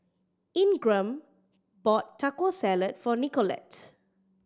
Ingram bought Taco Salad for Nicolette